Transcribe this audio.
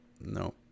no